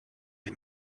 ich